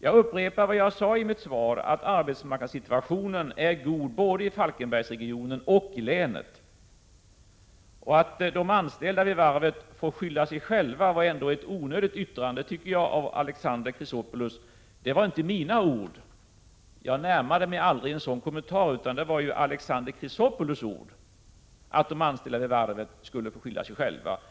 Jag upprepar vad jag sade i mitt svar, att arbetsmarknadssituationen är god både i Falkenbergsregionen och i länet. Att de anställda vid varvet får skylla sig själva var väl ändå ett onödigt yttrande av Alexander Chrisopoulos. Det var inte mina ord. Jag närmade mig aldrig en sådan kommentar, utan det var Alexander Chrisopoulos ord att de anställda vid varvet skulle få skylla sig själva.